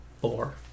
four